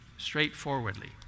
straightforwardly